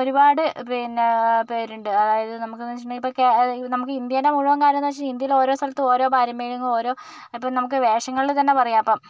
ഒരുപാട് പിന്നെ പേരുണ്ട് അതായത് നമുക്കെന്ന് വെച്ചിട്ടുണ്ടെങ്കില് ഇപ്പം നമുക്ക് ഇന്ത്യേന്റെ മുഴുവൻ കാര്യമെന്ന് വെച്ചാൽ ഇൻഡ്യേലെ ഓരോ സ്ഥലത്തും ഓരോ പാരമ്പര്യങ്ങളും ഓരോ ഇപ്പം നമുക്ക് വേഷങ്ങളിൽ തന്നെ പറയാം ഇപ്പം